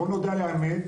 בוא נודה על האמת,